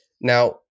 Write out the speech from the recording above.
Now